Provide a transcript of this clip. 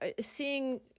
seeing